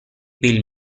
بیل